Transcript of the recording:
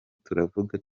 turavuga